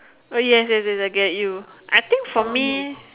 oh yes yes yes I get you I think for me